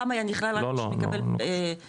פעם היה נכלל רק מי שהיה מקבל פנסיה,